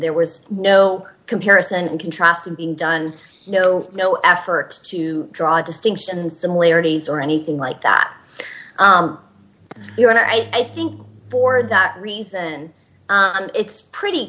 there was no comparison and contrast to being done no no effort to draw distinctions similarities or anything like that here and i think for that reason it's pretty